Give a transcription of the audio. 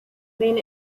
been